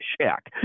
Shack